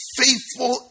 faithful